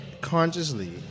consciously